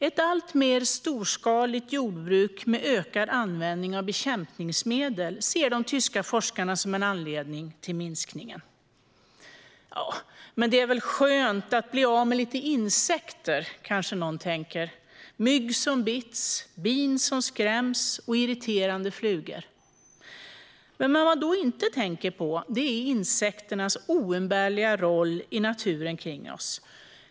Ett alltmer storskaligt jordbruk med ökad användning av bekämpningsmedel ser de tyska forskarna som en anledning till minskningen. Ja, men det är väl skönt att bli av med lite insekter, kanske någon tänker - mygg som bits, bin som skräms och irriterande flugor. Men vad man då inte tänker på är insekternas oumbärliga roll i naturen kring oss.